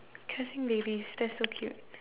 cursing babies that's so cute